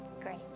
Great